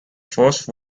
first